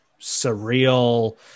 surreal